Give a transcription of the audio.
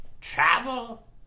Travel